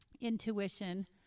intuition